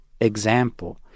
Example